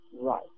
right